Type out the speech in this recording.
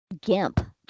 gimp